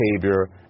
behavior